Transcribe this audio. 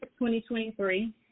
2023